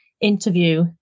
interview